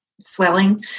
swelling